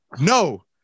No